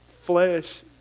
flesh